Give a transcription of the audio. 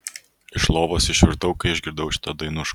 iš lovos išvirtau kai išgirdau šitą dainušką